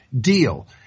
deal